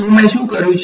તો મેં શું કર્યું છે